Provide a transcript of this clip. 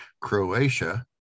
Croatia